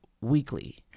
weekly